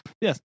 Yes